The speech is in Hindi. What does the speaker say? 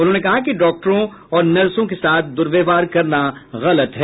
उन्होंने कहा कि डॉक्टरों और नर्सों के साथ दुर्व्यवहार करना गलत है